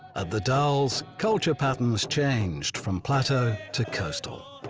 at the dalles culture patterns changed from plateau to coastal.